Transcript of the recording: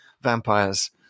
vampires